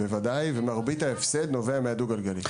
ודאי, ומרבית ההפסד נובע מהדו גלגלי.